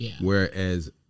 Whereas